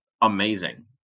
amazing